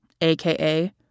aka